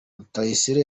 rutayisire